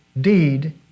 deed